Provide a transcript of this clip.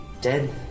dead